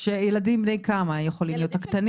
בני כמה הילדים?